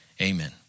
Amen